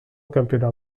campionat